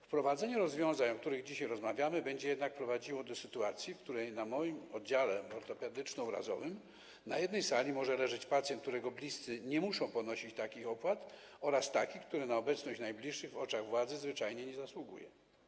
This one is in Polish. Wprowadzenie rozwiązań, o których dzisiaj rozmawiamy, będzie jednak prowadziło do sytuacji, w której na moim oddziale ortopedyczno-urazowym na jednej sali może leżeć pacjent, którego bliscy nie muszą ponosić takich opłat, oraz taki, który na obecność najbliższych w oczach władzy zwyczajnie nie zasługuje.